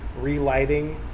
relighting